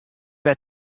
wer